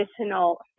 additional